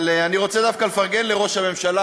אבל אני רוצה דווקא לפרגן לראש הממשלה,